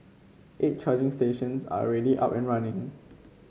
eight charging stations are already up and running